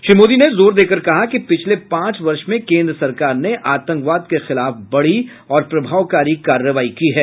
श्री मोदी ने जोर देकर कहा कि पिछले पांच वर्ष में केन्द्र सरकार ने आतंकवाद के खिलाफ बड़ी और प्रभावकारी कार्रवाई की है